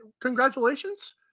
Congratulations